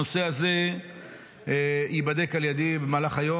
הנושא הזה ייבדק על ידי במהלך היום.